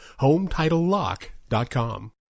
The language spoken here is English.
HomeTitleLock.com